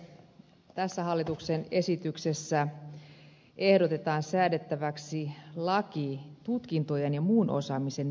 tässä hallituksen esityksessä ehdotetaan säädettäväksi laki tutkintojen ja muun osaamisen viitekehyksestä